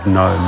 no